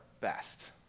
best